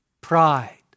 pride